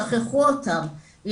שכחו אותם.